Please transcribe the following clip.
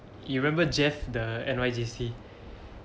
you remember jeff the N_Y_J_C